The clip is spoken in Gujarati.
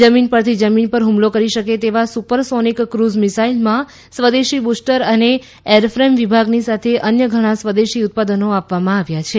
જમીન પરથી જમીન પર હ્મલો કરી શકે તેવા સુપરસોનિક કુઝ મિસાઇલમાં સ્વદેશી બૂસ્ટર અને એરફેમ વિભાગની સાથે અન્ય ઘણા સ્વદેશી ઉત્પાદનો આપવામાં આવ્યાં છે